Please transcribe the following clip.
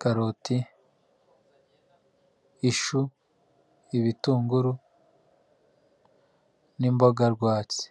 karoti ishu ibitunguru n'imboga rwatsi.